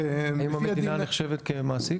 האם המדינה נחשבת כמעסיק?